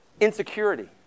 Insecurity